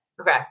Okay